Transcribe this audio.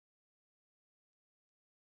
eating something also